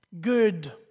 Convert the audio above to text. good